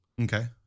okay